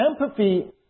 Empathy